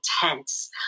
tense